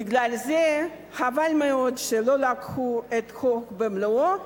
בגלל זה חבל מאוד שלא לקחו את החוק במלואו,